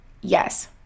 yes